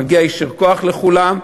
מגיע יישר כוח לכולם,